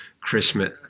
Christmas